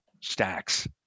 stacks